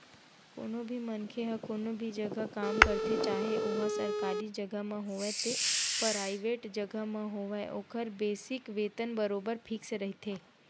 कोनो भी मनखे ह कोनो भी जघा काम करथे चाहे ओहा सरकारी जघा म होवय ते पराइवेंट जघा म होवय ओखर बेसिक वेतन बरोबर फिक्स रहिथे